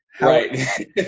Right